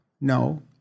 no